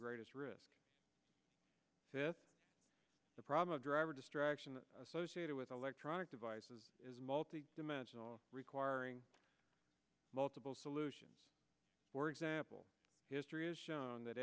greatest risk to the problem of driver distraction associated with electronic devices is multi dimensional requiring multiple solutions for example history has shown that